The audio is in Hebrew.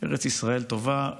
ארץ ישראל טובה,